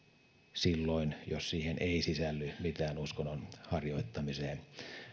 silloin jos siihen ei sisälly mitään muita uskonnon harjoittamiseen